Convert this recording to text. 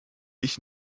ich